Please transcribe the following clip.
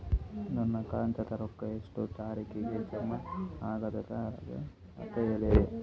ನನ್ನ ಖಾತಾದಾಗ ರೊಕ್ಕ ಎಷ್ಟ ತಾರೀಖಿಗೆ ಜಮಾ ಆಗತದ ದ ಅಂತ ಹೇಳರಿ?